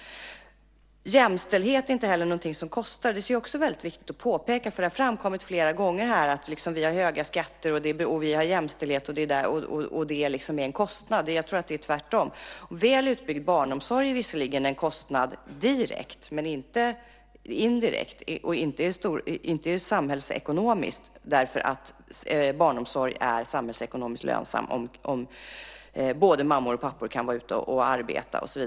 Jämställdhet är inte någonting som kostar. Det tycker jag också är väldigt viktigt att påpeka. Det har framkommit flera gånger här att vi har höga skatter och jämställdhet och att det skulle vara en kostnad. Jag tror att det är tvärtom. En väl utbyggd barnomsorg är visserligen en kostnad direkt, men inte indirekt och inte samhällsekonomiskt. Barnomsorg är samhällsekonomiskt lönsam om både mammor och pappor kan vara ute och arbeta.